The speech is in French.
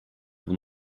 vous